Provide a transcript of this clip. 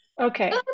Okay